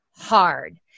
hard